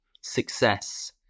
success